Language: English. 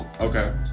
Okay